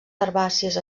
herbàcies